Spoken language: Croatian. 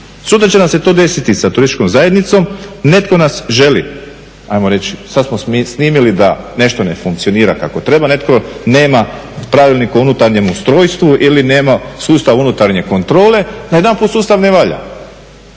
Sutra će nam se to desiti sa turističkom zajednicom, netko nas želi, ajmo reći, sada smo snimili da nešto ne funkcionira kako treba, netko nema pravilnik o unutarnjem ustrojstvu ili nema sustav unutarnje kontrole, najedanput sustav ne valja,